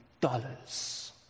dollars